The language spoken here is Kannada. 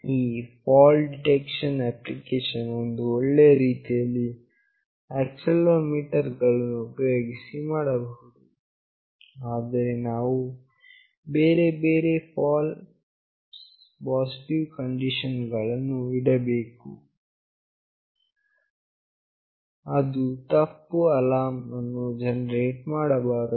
ಈ ಫಾಲ್ಟ್ ಡಿಟೆಕ್ಷನ್ ಅಪ್ಲಿಕೇಶನ್ ಅನ್ನು ಒಳ್ಳೆಯ ರೀತಿಯಲ್ಲಿ ಆಕ್ಸೆಲೆರೋಮೀಟರ್ ಅನ್ನು ಉಪಯೋಗಿಸಿ ಮಾಡಬಹುದು ಆದರೆ ನಾವು ಬೇರೆ ಬೇರೆ ಫಾಲ್ಸ್ ಪಾಸಿಟಿವ್ ಕಂಡೀಷನ್ ಗಳನ್ನು ಇಡಬೇಕು ಅದು ತಪ್ಪು ಅಲಾರ್ಮ್ ಅನ್ನು ಜನರೇಟ್ ಮಾಡಬಾರದು